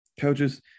coaches